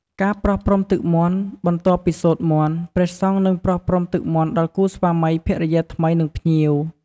ការប្រោះព្រំទឹកមន្ត បន្ទាប់ពីសូត្រមន្ត ព្រះសង្ឃនឹងប្រោះព្រំទឹកមន្តដល់គូស្វាមីភរិយាថ្មី និងភ្ញៀវ។